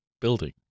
building